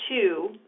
two